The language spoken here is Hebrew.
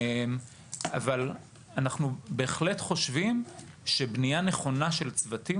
אנחנו בהחלט חושבים שבנייה נכונה של צוותים